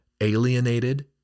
alienated